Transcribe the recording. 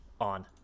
on